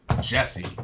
Jesse